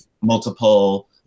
multiple